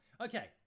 okay